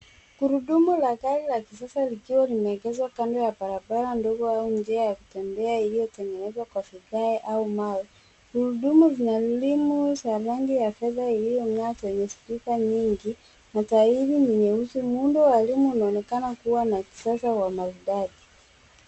Gurudumu la gari la kisasa likiwa limeekezwa kando ya barabara ndogo au njia ya kutembea iliyotengenezwa kwa vigae au mawe. Gurudumu zina rimu za rangi ya fedha iliyong'aa zenye spika nyingi na tairi ni nyeusi. Muundo wa rimu unaonekana kuwa na kisasa wa maridadi.